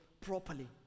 properly